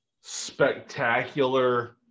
spectacular